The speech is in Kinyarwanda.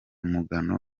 mugano